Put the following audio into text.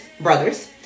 brothers